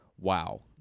wow